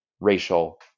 racial